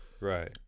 Right